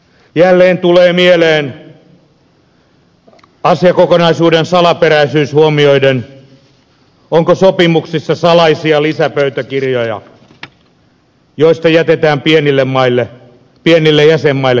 jälleen tulee mieleen asiakokonaisuuden salaperäisyys huomioiden onko sopimuksissa salaisia lisäpöytäkirjoja joista jätetään pienille jäsenmaille kertomatta